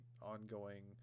ongoing